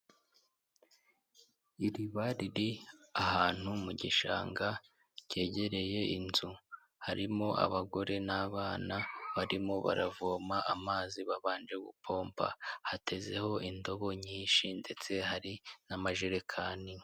Iriba riri ahantu mu gishanga kegereye inzu, harimo abagore n'abana barimo baravoma amazi babanje gupomba. Hatezeho indobo nyinshi ndetse hari n'amajerekani.